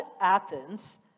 Athens